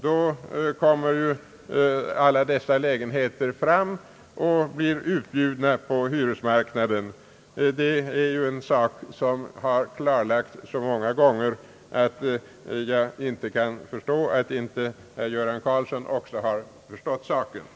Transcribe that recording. Då kommer alla desa lägenheter fram och blir utbjudna på hyresmarknaden. Det är en sak som har klarlagts så många gånger, att jag inte kan förstå att inte också herr Göran Karlsson har förstått sammanhanget.